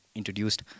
Introduced